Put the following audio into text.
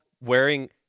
wearing